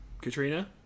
Katrina